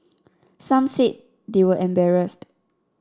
some said they were embarrassed